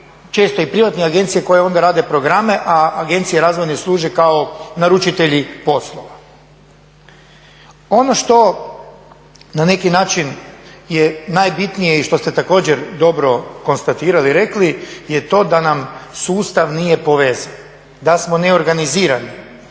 često i privatnih agencija koje onda rade programe, a agencije razvojne služe kao naručitelji poslova. Ono što na neki način je najbitnije i što ste također dobro konstatirali, rekli je to da nam sustav nije povezan, da smo neorganizirani,